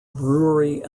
brewery